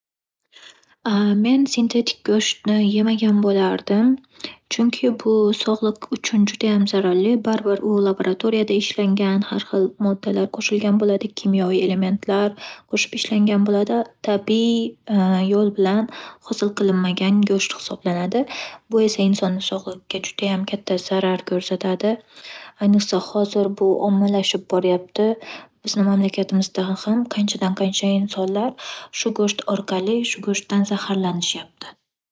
Men sintetik go'shtni yemagan bo'lardim. Chunki bu sog'liq uchun judayam zararli, barbir u labaratoriyada ishlangan, xar xil moddalar qo'shilgan bo'ladi, kimyoviy elementlar qo'shib ishlangan bo'ladi, tabiiy yo'l bilan hosil qilinmagan go'sht hisoblanadi. Bu esa insonni sog'ligiga judayam katta zarar ko'rsatadi. Ayniqsa, hozir bu ommalashib boryapti. Bizni mamlakatimizda ham qanchadan - qancha insonlar shu go'sht orqali - shu go'shtdan zahatlanishyapti.